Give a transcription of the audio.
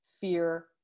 fear